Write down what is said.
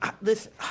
listen